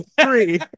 Three